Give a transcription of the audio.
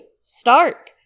Stark